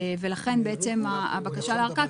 ולכן בעצם הבקשה לארכה.